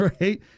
right